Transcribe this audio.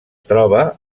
troba